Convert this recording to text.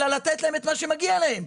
אלא לתת להם את מה שמגיע להם.